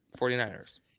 49ers